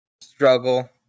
struggle